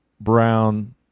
Brown